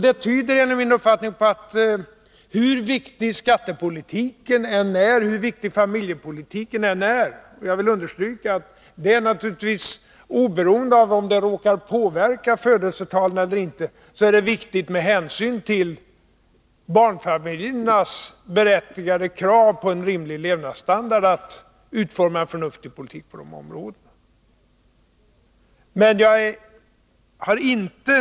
Det tyder enligt min uppfattning på att det, hur viktig skattepolitiken resp. familjepolitiken än är — och jag vill understryka att det naturligtvis gäller oberoende av om åtgärderna i dessa sammanhang råkar påverka födelsetalen eller inte —, är viktigt med hänsyn till barnfamiljernas berättigade krav på en rimlig levnadsstandard att en förnuftig politik utformas på de områdena.